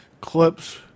clips